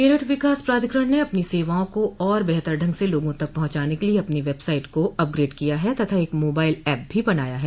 मेरठ विकास प्राधिकरण ने अपनी सेवाओं को और बेहतर ढंग से लोगों तक पहुंचाने के लिये अपनी वेबसाइट को अपग्रेड किया है तथा एक मोबाइल एप भी बनाया है